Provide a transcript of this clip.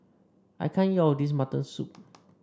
I can't eat all this Mutton Soup